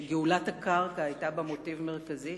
שגאולת הקרקע היתה בה מוטיב מרכזי.